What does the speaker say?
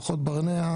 דו"חות ברנע,